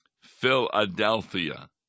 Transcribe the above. Philadelphia